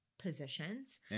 positions